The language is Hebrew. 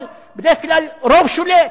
אבל בדרך כלל הרוב שולט,